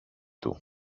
του